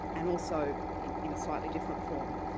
and also in in a slightly different form,